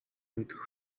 мэдэх